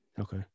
Okay